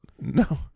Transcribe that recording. No